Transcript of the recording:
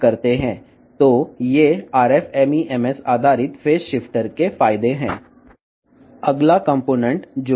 కాబట్టి ఇవి RF MEMS ఆధారిత ఫేస్ షిఫ్టర్ యొక్క ప్రయోజనాలు